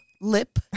lip